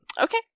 Okay